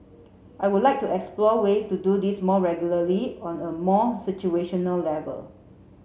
I would like to explore ways to do this more regularly on a more level